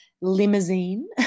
limousine